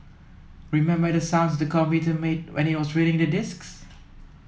remember the sounds the computer made when it was reading the disks